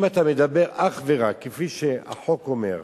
אם אתה מדבר אך ורק, כפי שהחוק אומר,